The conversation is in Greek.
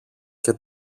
και